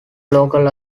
local